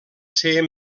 ser